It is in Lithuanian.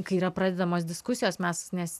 kai yra pradedamos diskusijos mes nes